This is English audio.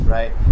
Right